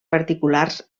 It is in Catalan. particulars